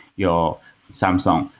your samsung.